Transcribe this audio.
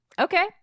okay